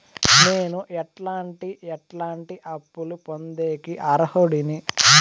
నేను ఎట్లాంటి ఎట్లాంటి అప్పులు పొందేకి అర్హుడిని?